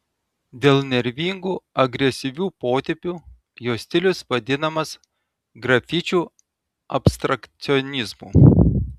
dėl nervingų agresyvių potėpių jo stilius vadinamas grafičių abstrakcionizmu